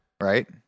Right